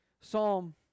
Psalm